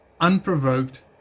unprovoked